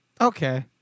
okay